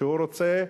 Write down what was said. שהוא רוצה,